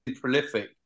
prolific